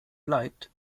bleibt